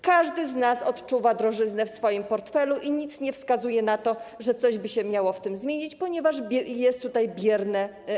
Każdy z nas odczuwa drożyznę w swoim portfelu i nic nie wskazuje na to, żeby coś się miało zmienić, ponieważ NBP jest tutaj bierne.